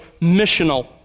missional